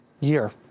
year